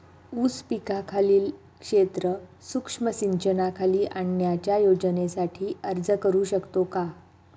ऊस पिकाखालील क्षेत्र सूक्ष्म सिंचनाखाली आणण्याच्या योजनेसाठी अर्ज करू शकतो का?